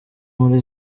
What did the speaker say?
muri